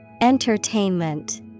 Entertainment